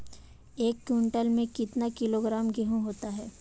एक क्विंटल में कितना किलोग्राम गेहूँ होता है?